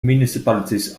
municipalities